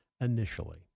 initially